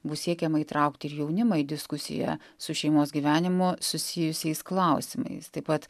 bus siekiama įtraukti ir jaunimą į diskusiją su šeimos gyvenimu susijusiais klausimais taip pat